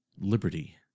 liberty